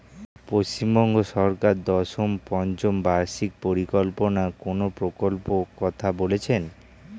পশ্চিমবঙ্গ সরকার দশম পঞ্চ বার্ষিক পরিকল্পনা কোন প্রকল্প কথা বলেছেন?